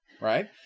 right